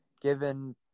given